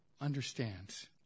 understands